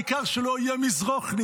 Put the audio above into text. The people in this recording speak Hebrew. העיקר שלא יהיה מזרוחניק,